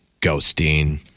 ghosting